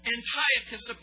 Antiochus